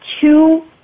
two